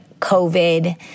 COVID